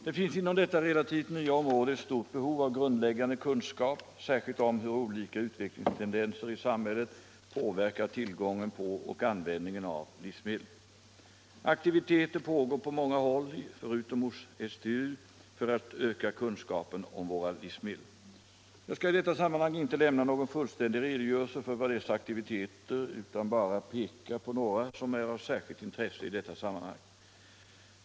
Det finns inom detta relativt nya område ett stort behov av grundläggande kunskap, särskilt om hur olika utvecklingstendenser i samhället påverkar tillgången på och användningen av livsmedel. Aktiviteter pågår på många håll förutom hos STU för att öka kunskapen om våra livsmedel. Jag skall i detta sammanhang inte lämna någon fullständig redogörelse för dessa aktiviteter utan bara peka på några som är av särskilt intresse i detta sammanhang.